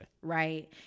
Right